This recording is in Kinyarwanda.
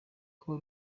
kuba